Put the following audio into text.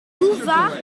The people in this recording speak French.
bouvard